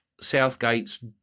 Southgate's